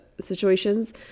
situations